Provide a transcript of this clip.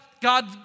God